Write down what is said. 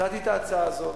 הצעתי את ההצעה הזאת,